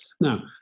Now